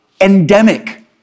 endemic